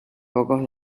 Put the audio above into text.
pocos